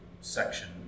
section